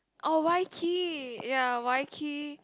oh Waikir ya Waikir